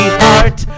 heart